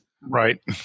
Right